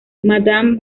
madame